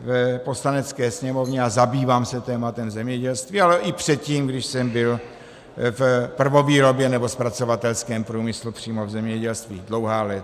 v Poslanecké sněmovně a zabývám se tématem zemědělství, ale i předtím, když jsem byl v prvovýrobě nebo zpracovatelském průmyslu přímo v zemědělství dlouhá léta.